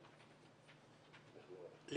זחאלקה, בבקשה.